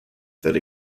that